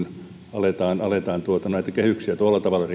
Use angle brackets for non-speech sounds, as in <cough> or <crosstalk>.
aletaan aletaan näitä kehyksiä tuolla tavalla <unintelligible>